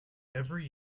every